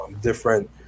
different